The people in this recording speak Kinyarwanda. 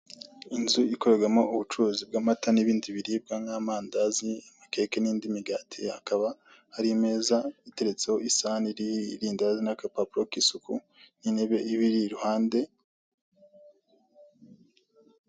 Inzu ikoremo ubucuruzi bw'amata n'ibindi biribwa nk'amandazi, amakeke n'indi migati, hakaba ari imeza iteretseho isahani iriho irindazi n'agapapuro k'isuku n'intebe ibiri iruhande.